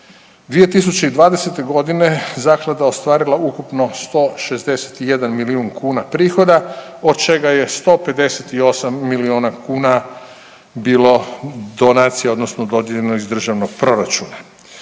2020.g. zaklada ostvarila ukupno 161 milijun kuna prihoda, od čega je 158 milijuna kuna bilo donacije odnosno dodijeljeno iz državnog proračuna.